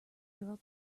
girl